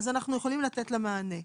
אז אנחנו יכולים לתת לה מענה.